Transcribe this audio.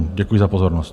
Děkuji za pozornost.